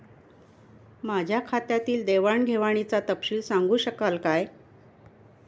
माझ्या खात्यातील देवाणघेवाणीचा तपशील सांगू शकाल काय?